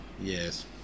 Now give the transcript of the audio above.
yes